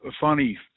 funny